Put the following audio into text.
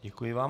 Děkuji vám.